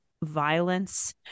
Violence